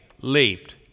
leaped